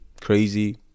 crazy